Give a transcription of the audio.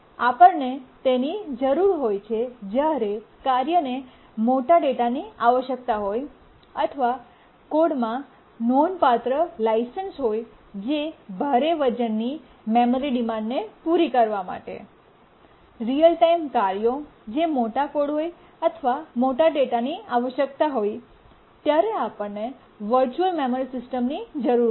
આપણને તેની જરૂર છે જ્યારે કાર્યને મોટા ડેટાની આવશ્યકતા હોય અથવા કોડમાં નોંધપાત્ર લાઇન્સ હોય કે જે ભારે વજનની મેમરી ડિમાન્ડને પૂરી કરવા માટે રીઅલ ટાઇમ ક્રિયાઓ જે મોટા કોડ હોય અથવા મોટા ડેટાની આવશ્યકતા હોય ત્યારે આપણને વર્ચુઅલ મેમરી સિસ્ટમની જરૂર હોય છે